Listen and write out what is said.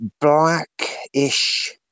blackish